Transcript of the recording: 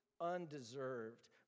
undeserved